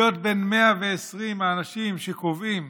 להיות בין 120 האנשים שקובעים